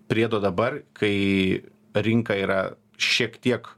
priedo dabar kai rinka yra šiek tiek